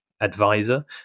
advisor